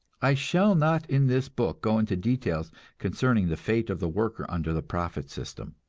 i shall not in this book go into details concerning the fate of the worker under the profit system.